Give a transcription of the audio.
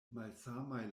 malsamaj